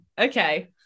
okay